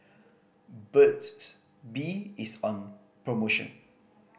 Burt's Bee is on promotion